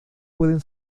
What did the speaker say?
pueden